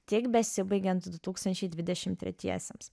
tik besibaigiant du tūkstančiai dvidešim tretiesiems